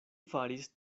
faris